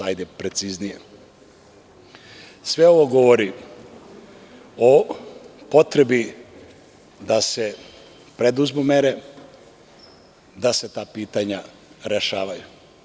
Sve ovo govori o potrebi da se preduzmu mere da se ta pitanja rešavaju.